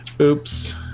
Oops